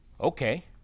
Okay